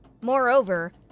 Moreover